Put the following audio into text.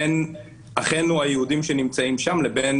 בין אחינו היהודים שנמצאים שם לבין